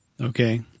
Okay